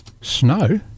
Snow